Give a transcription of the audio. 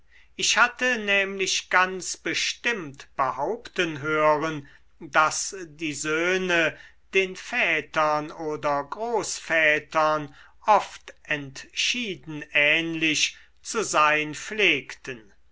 ich hatte nämlich ganz bestimmt behaupten hören daß die söhne den vätern oder großvätern oft entschieden ähnlich zu sein pflegten